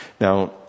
Now